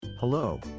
Hello